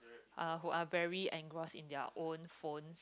are who are very engrossed in their own phone